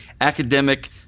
Academic